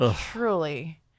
Truly